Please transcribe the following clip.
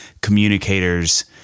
communicators